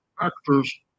actors